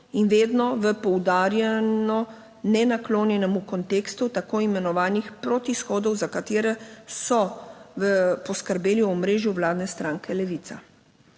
in vedno v poudarjeno nenaklonjenemu kontekstu tako imenovanih / nerazumljivo/, za katere so poskrbeli v omrežju vladne stranke Levica.